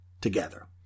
together